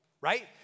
right